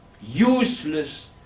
useless